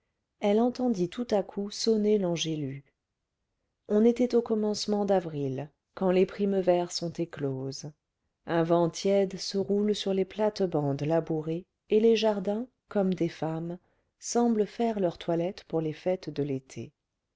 elle entendit tout à coup sonner l'angelus on était au commencement d'avril quand les primevères sont écloses un vent tiède se roule sur les plates-bandes labourées et les jardins comme des femmes semblent faire leur toilette pour les fêtes de l'été